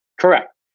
correct